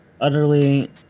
Utterly